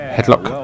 Headlock